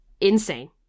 insane